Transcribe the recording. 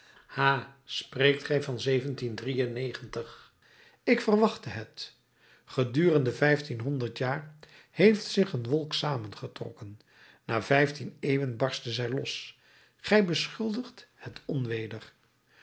ha spreekt gij van ik verwachtte het gedurende vijftienhonderd jaar heeft zich een wolk saamgetrokken na vijftien eeuwen barstte zij los gij beschuldigt het